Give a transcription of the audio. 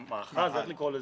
המאחז, איך לקרוא לזה?